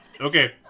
Okay